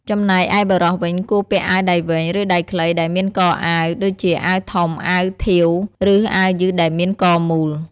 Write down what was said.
ចំណែកឯបុរសវិញ គួរពាក់អាវដៃវែង ឬដៃខ្លីដែលមានកអាវ ដូចជាអាវធំ អាវធាវ ឬអាវយឺតដែលមានកមូល។